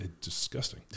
disgusting